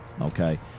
Okay